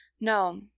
No